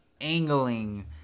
angling